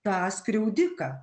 tą skriaudiką